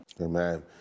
Amen